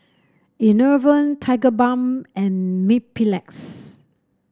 Enervon Tigerbalm and Mepilex